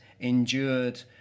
endured